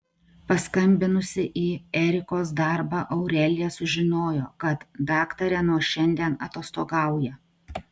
paskambinusi į erikos darbą aurelija sužinojo kad daktarė nuo šiandien atostogauja